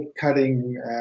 cutting